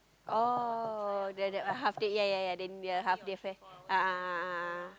oh that that half day ya ya then the half day fair ah ah ah ah ah